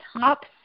top